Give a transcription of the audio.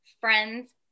friends